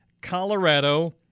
Colorado